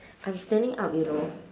I'm standing up you know